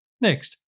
Next